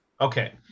Okay